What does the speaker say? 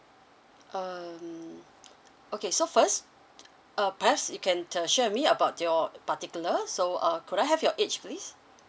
um okay so first uh perhaps you can uh share with me about your particular so uh could I have your age please